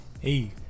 hey